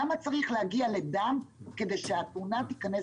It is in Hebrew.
למה צריך להגיע לדם כדי שהתאונה תיכנס